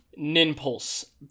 Ninpulse